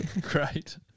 great